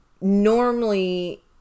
normally